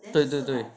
对对对